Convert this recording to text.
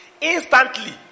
Instantly